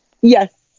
Yes